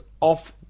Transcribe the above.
off